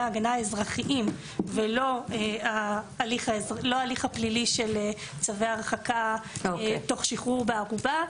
ההגנה האזרחיים ולא ההליך הפלילי של צווי הרחקה תוך שחרור בערובה.